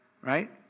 right